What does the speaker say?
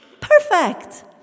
Perfect